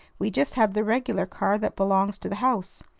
we just had the regular car that belongs to the house.